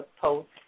post